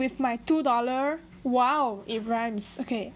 with my two dollar !wow! it rhymes okay